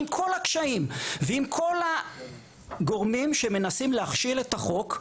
עם כל הקשיים ועם כל הגורמים שמנסים להכשיל את החוק,